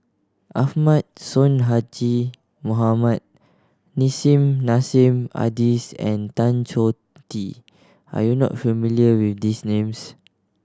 Ahmad Sonhadji Mohamad Nissim Nassim Adis and Tan Choh Tee are you not familiar with these names